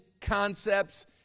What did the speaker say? concepts